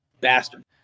bastard